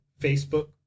Facebook